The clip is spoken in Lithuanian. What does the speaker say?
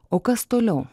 o kas toliau